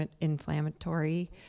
inflammatory